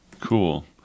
Cool